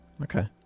Okay